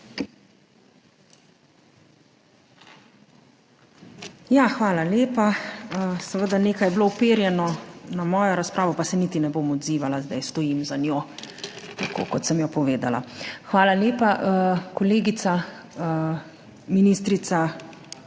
Hvala lepa. Seveda je bilo nekaj uperjeno na mojo razpravo, pa se niti zdaj ne bom odzivala, stojim za njo, tako kot sem jo povedala. Hvala lepa. Kolegica ministrica